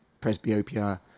presbyopia